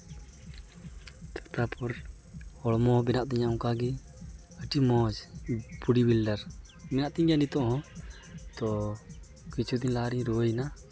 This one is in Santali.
ᱛᱟᱯᱚᱨ ᱦᱚᱲᱢᱚ ᱵᱮᱱᱟᱜ ᱛᱤᱧᱟᱹ ᱚᱱᱠᱟ ᱜᱮ ᱟᱹᱰᱤ ᱢᱚᱡᱽ ᱵᱩᱰᱤ ᱵᱤᱞᱰᱟᱨ ᱢᱮᱱᱟᱜ ᱛᱤᱧ ᱜᱮᱭᱟ ᱱᱤᱛᱚᱜ ᱦᱚᱸ ᱛᱚ ᱠᱤᱪᱷᱩ ᱫᱤᱱ ᱞᱟᱦᱟ ᱨᱤᱧ ᱨᱩᱣᱟᱹᱭᱮᱱᱟ